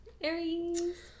Aries